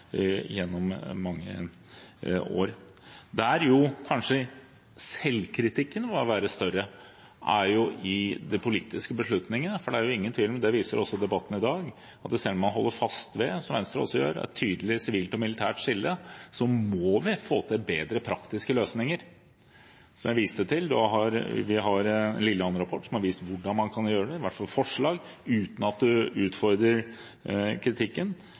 gjennom mange år. Der jo kanskje selvkritikken må være større, er i de politiske beslutningene. For det er ingen tvil om – og det viser også debatten i dag – at selv om man holder fast ved, som Venstre også gjør, et tydelig sivilt og militært skille, må vi få til bedre praktiske løsninger, som jeg viste til. Vi har Liland-rapporten, som har vist hvordan man kan gjøre det, i hvert fall forslag, uten at det utfordrer